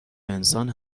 انسان